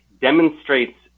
demonstrates